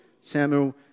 Samuel